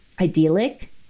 idyllic